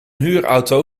huurauto